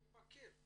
אני מכיר.